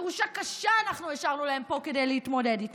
ירושה קשה אנחנו השארנו להם פה כדי להתמודד איתה.